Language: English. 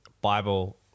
Bible